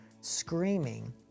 screaming